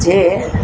જે